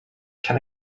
can